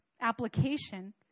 application